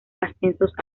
ascensos